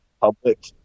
public